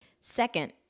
Second